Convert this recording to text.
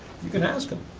you can ask him,